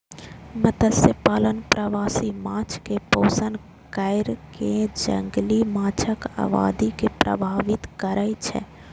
मत्स्यपालन प्रवासी माछ कें पोषण कैर कें जंगली माछक आबादी के प्रभावित करै छै